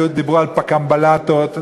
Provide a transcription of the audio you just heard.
דיברו על פק"מ בלטות,